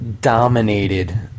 dominated